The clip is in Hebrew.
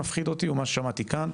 היהודית מוכנים שעולה חדש יהיה הממונה.